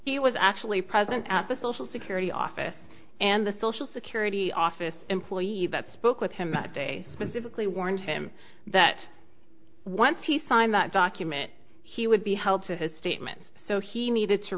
he was actually present at the social security office and the social security office employees that spoke with him that day specifically warned him that once he signed that document he would be held to his statements so he needed to